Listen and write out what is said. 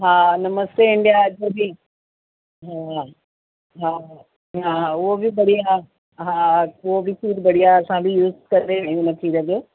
हा नमस्ते इंडिया जो बि हा हा हा उहो बि बढ़िया हा उहो बि खीर बढ़िया असां बि यूज करे हुन खीर जो